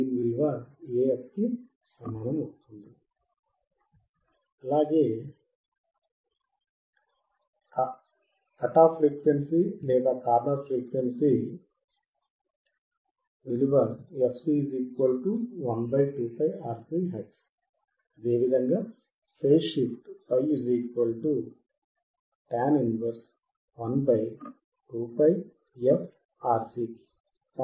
మనము దీనిని చూశాము ఇది ఒకే విధంగా ఉంటుంది మరియు